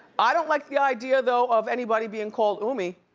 i don't like the idea though of anybody being called ummi.